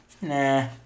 Nah